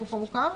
הגוף המוכר,